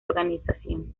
organización